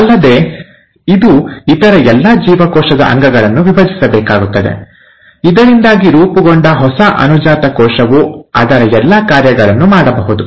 ಅಲ್ಲದೆ ಇದು ಇತರ ಎಲ್ಲಾ ಜೀವಕೋಶದ ಅಂಗಗಳನ್ನು ವಿಭಜಿಸಬೇಕಾಗುತ್ತದೆ ಇದರಿಂದಾಗಿ ರೂಪುಗೊಂಡ ಹೊಸ ಅನುಜಾತ ಕೋಶವು ಅದರ ಎಲ್ಲಾ ಕಾರ್ಯಗಳನ್ನು ಮಾಡಬಹುದು